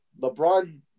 LeBron